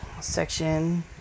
section